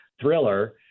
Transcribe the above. thriller